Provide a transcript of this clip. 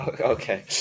Okay